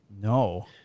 No